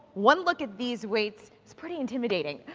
one look at these weights is pretty intimidating,